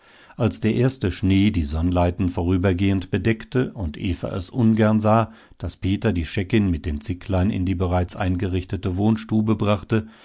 als der erste schnee die sonnleiten vorübergehend bedeckte und eva es ungern sah daß peter die scheckin mit den zicklein in die bereits eingerichtete wohnstube brachte